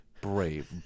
brave